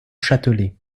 châtelet